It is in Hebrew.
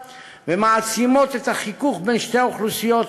ומעצימות את החיכוך בין שתי אוכלוסיות